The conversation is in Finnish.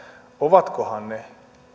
ovatkohan ne